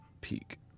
peak